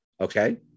okay